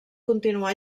continuà